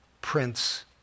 Prince